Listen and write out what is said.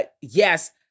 yes